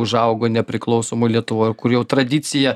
užaugo nepriklausomoj lietuvoj ir kur jau tradicija